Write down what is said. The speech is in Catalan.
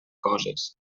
coses